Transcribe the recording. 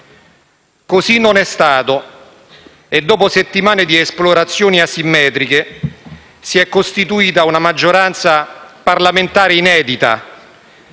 Così non è stato e, dopo settimane di esplorazioni asimmetriche, si è costituita una maggioranza parlamentare inedita,